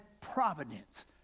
providence